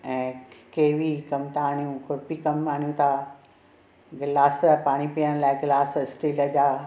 ऐं केवी कमु था आणियूं खुरपी कमु आणियूं था गिलास पाणी पीअणु लाइ गिलास स्टील जा